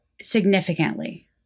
significantly